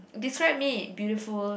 describe me beautiful